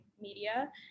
media